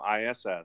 ISS